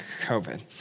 COVID